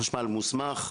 חשמל מוסמך,